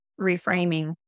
reframing